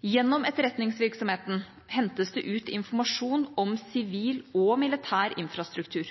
Gjennom etterretningsvirksomheten hentes det ut informasjon om sivil og militær infrastruktur.